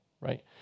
right